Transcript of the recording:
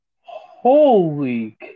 Holy